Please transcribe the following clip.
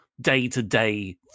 day-to-day